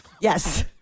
Yes